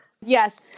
Yes